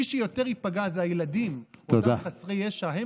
מי שיותר ייפגע זה הילדים, אותם חסרי ישע.